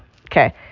okay